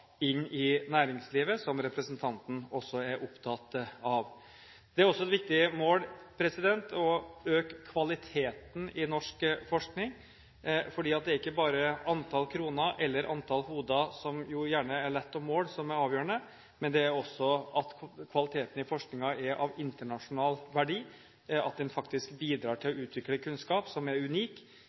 inn i næringslivet, som representanten også er opptatt av. Det er også et viktig mål å øke kvaliteten i norsk forskning, for det er ikke bare antall kroner eller antall hoder – som det jo gjerne er lett å måle – som er avgjørende, det er også at kvaliteten i forskningen er av internasjonal verdi, at den faktisk bidrar til å utvikle kunnskap som er unik,